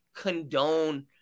condone